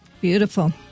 beautiful